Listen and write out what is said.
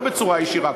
לא בצורה ישירה,